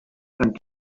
and